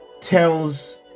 tells